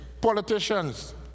politicians